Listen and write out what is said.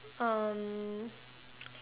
um